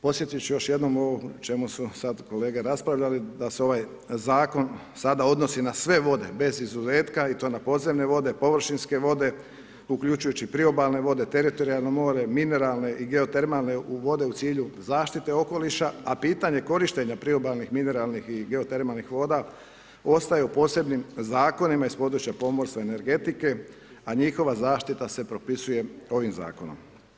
Podsjetit ću još jednom ovo o čemu su sada kolege raspravljali da se ovaj zakon sada odnosi na sve vode, bez izuzetka i to na podzemne vode, površinske vode uključujući priobalne vode, teritorijalno more, mineralne i geotermalne vode u cilju zaštite okoliša, a pitanje korištenja priobalnih mineralnih i geotermalnih voda ostaju posebnim zakonima iz područja pomorstva i energetike, a njihova zaštita se propisuje ovim zakonom.